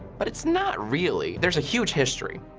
but it's not really. there's a huge history,